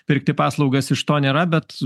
pirkti paslaugas iš to nėra bet